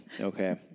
okay